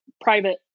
private